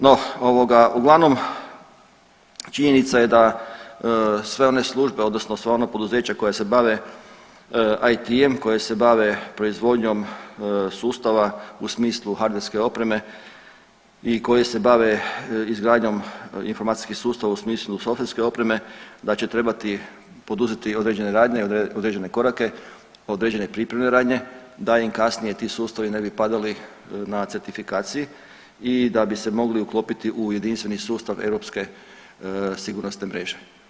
No, ovoga, uglavnom, činjenica je da sve one službe, odnosno sva ona poduzeća koja se bave IT-em, koje se bave proizvodnjom sustava u smislu hardverske opreme i koji se bave izgradnjom informacijskih sustava u smislu softverske opreme, da će trebati poduzeti određene radnje i određene korake, određene pripremne radnje, da im kasnije ti sustavi ne bi padali na certifikaciji i da bi se mogli uklopiti u jedinstveni sustav europske sigurnosne mreže.